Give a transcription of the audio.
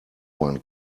one